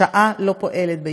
שעה לא פועלת.